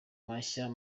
mashya